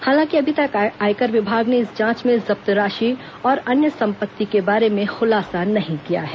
हालांकि अभी तक आयकर विभाग ने इस जांच में जब्त राशि और अन्य संपत्ति के बारे में खुलासा नहीं किया है